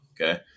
Okay